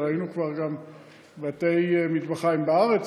ראינו גם בתי-מטבחיים בארץ,